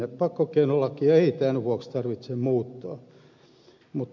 pakkokeinolakia ei tämän vuoksi tarvitse muuttaa